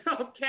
okay